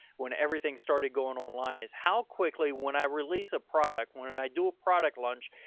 when everything started going online is how quickly when i release a product, when and i do a product launch,